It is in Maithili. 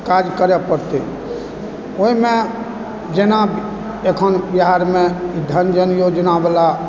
काज करै पड़तै ओहिमे जेना एखन बिहारमे अन्न धन योजनावला